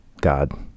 God